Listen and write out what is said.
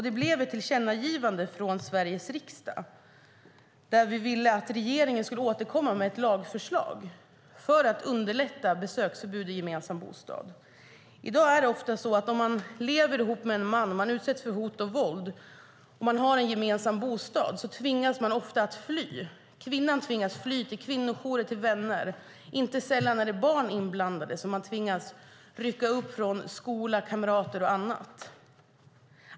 Det blev ett tillkännagivande från Sveriges riksdag där vi ville att regeringen skulle återkomma med ett lagförslag för att underlätta besöksförbud i gemensam bostad. I dag är det ofta så att man om man lever ihop med en man, utsätts för hot och våld och har en gemensam bostad ofta tvingas fly. Kvinnan tvingas fly till kvinnojourer eller till vänner. Inte sällan är det barn inblandade som man tvingas rycka upp från skola, kamrater och annat.